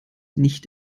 nicht